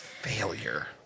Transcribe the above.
Failure